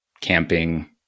camping